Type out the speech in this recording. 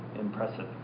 impressive